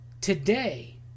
Today